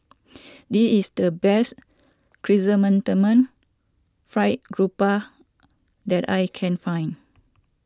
this is the best Chrysanthemum Fried Grouper that I can find